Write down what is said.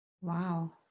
Wow